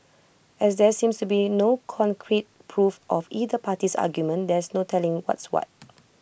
as there seems to be no concrete proof of either party's argument there's no telling what's what